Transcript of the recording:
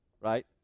right